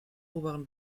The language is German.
oberen